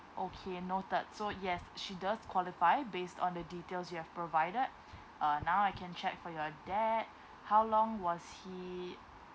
okay noted so yes she does qualify based on the details you have provided uh now I can check for your dad how long was he